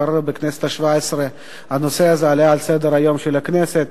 כבר בכנסת השבע-עשרה הנושא הזה עלה על סדר-היום של הכנסת